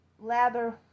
lather